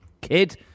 Kid